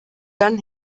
dann